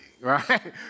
right